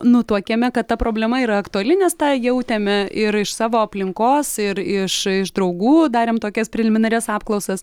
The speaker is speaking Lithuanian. nutuokėme kad ta problema yra aktuali nes tą jautėme ir iš savo aplinkos ir iš iš draugų darėm tokias preliminarias apklausas